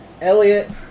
Elliot